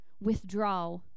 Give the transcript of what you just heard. withdraw